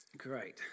Great